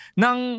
nang